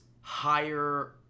higher